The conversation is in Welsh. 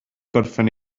gorffen